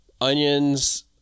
onions